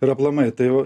ir aplamai tai va